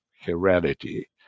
heredity